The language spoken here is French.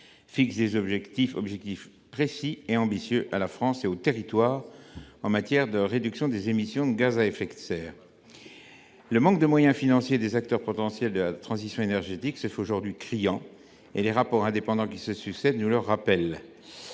fixent des objectifs précis et ambitieux à la France et à ses territoires en matière de réduction des émissions de gaz à effet de serre. Le manque de moyens financiers des acteurs potentiels de la transition énergétique se fait aujourd’hui criant, comme le soulignent les rapports indépendants qui se succèdent. Si l’élaboration